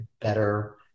better